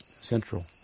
central